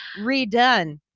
Redone